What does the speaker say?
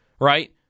right